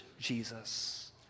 Jesus